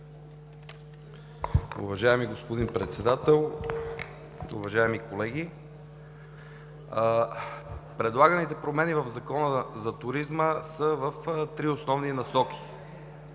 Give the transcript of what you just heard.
Уважаеми господин Председател, уважаеми колеги! Предлаганите промени в Закона за туризма са в три основни насоки.